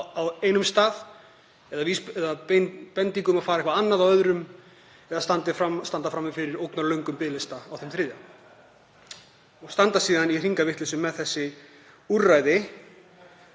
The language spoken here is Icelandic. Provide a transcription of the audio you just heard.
á einum stað, bendingu um að fara eitthvað annað á öðrum eða standa frammi fyrir ógnarlöngum biðlista á þeim þriðja og standa síðan í hringavitleysu með þessi úrræði